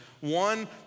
One